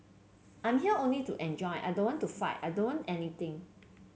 I'm here only to enjoy I don't want to fight I don't want anything